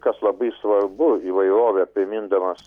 kas labai svarbu įvairovę primindamas